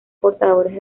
portadores